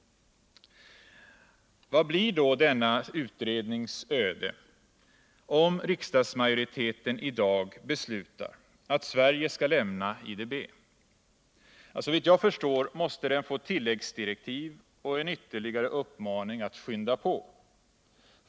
Vad blir då denna utrednings öde om riksdagsmajoriteten i dag beslutar att Sverige skall lämna IDB? Såvitt jag förstår måste den få tilläggsdirektiv och ytterligare en uppmaning att skynda på.